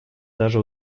даже